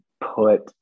put